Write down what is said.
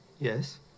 Yes